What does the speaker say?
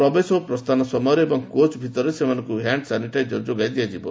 ପ୍ରବେଶ ଓ ପ୍ରସ୍ଥାନ ସମୟରେ ଏବଂ କୋଚ୍ ଭିତରେ ସେମାନଙ୍କୁ ହ୍ୟାଣ୍ଡ ସାନିଟାଇଜର୍ ଯୋଗାଇ ଦିଆଯିବ